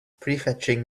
prefetching